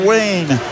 Wayne